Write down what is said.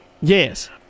Yes